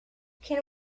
can